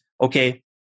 okay